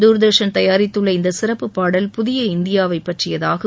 தூர்தர்ஷன் தயாரித்துள்ள இந்த சிறப்பு பாடல் புதிய இந்தியாவை பற்றியதாகும்